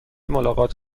ملاقات